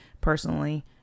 personally